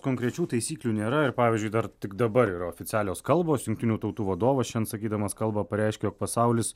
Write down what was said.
konkrečių taisyklių nėra ir pavyzdžiui dar tik dabar yra oficialios kalbos jungtinių tautų vadovas šiandien sakydamas kalbą pareiškė jog pasaulis